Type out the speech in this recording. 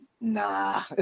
nah